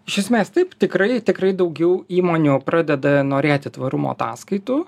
iš esmės taip tikrai tikrai daugiau įmonių pradeda norėti tvarumo ataskaitų